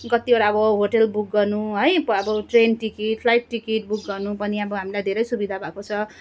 कतिवटा अब hotel book गर्नु है train ticket flight ticket book गर्नु पनि अब हामीलाई धेरै सुविधा भएको छ